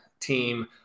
team